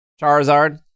Charizard